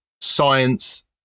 science